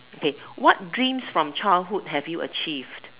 okay what dreams from childhood have you achieved